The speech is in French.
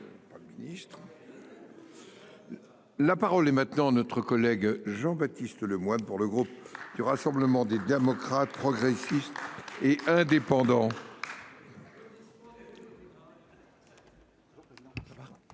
La parole est maintenant notre collègue Jean-Baptiste Lemoyne pour le groupe du Rassemblement des démocrates, progressistes et indépendants.